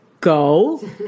go